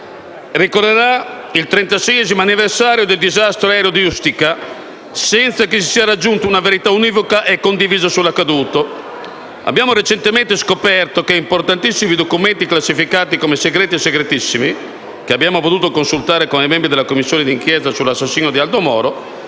ricorrerà il trentaseiesimo anniversario del disastro aereo di Ustica senza che si sia raggiunta una verità univoca e condivisa sull'accaduto. Abbiamo recentemente scoperto che importantissimi documenti classificati come segreti e segretissimi, che abbiamo potuto consultare come membri della Commissione di inchiesta sull'assassinio di Aldo Moro